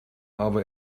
aber